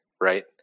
right